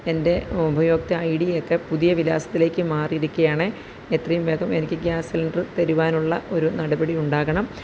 എന്റെ ഉപഭോക്താ I D ഒക്കെ പുതിയ വിലാസത്തിലേക്ക് മാറിയിരിക്കയാണ് എത്രയും വേഗം എനിക്ക് ഗ്യാസ് സിലിണ്ടർ തരുവാനുള്ള ഒരു നടപടി ഉണ്ടാകണം